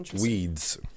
weeds